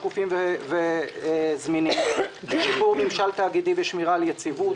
שקופים וזמינים; שיפור ממשל תאגידי ושמירה על יציבות,